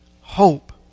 hope